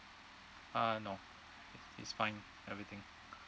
uh no it's fine everything